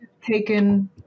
taken